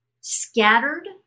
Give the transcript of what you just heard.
scattered